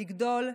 לגדול,